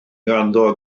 ganddo